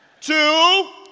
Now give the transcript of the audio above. Two